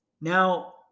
Now